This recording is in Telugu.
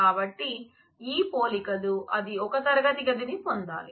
కాబట్టి ఈ పోలికలు అది ఒక తరగతి గది ని పొందాలి